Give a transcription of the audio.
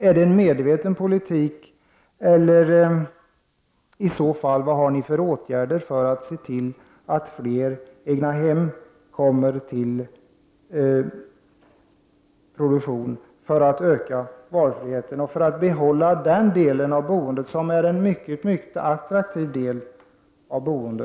Är det en medveten politik, eller vilka åtgärder vill ni vidta för att se till att det blir en större produktion av egnahem för att öka valfriheten och behålla den formen av boende? Det kommer i framtiden att vara en mycket attraktiv form av boende.